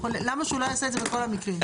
למה שהוא לא יעשה את זה בכל המקרים?